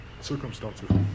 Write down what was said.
Circumstances